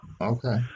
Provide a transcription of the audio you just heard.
Okay